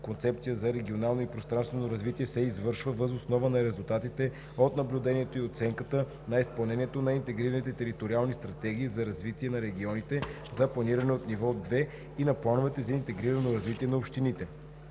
концепция за регионално и пространствено развитие се извършва въз основа на резултатите от наблюдението и оценката на изпълнението на интегрираните териториални стратегии за развитие на регионите за планиране от ниво 2 и на плановете за интегрирано развитие на общините.